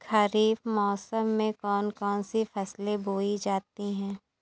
खरीफ मौसम में कौन कौन सी फसलें बोई जाती हैं?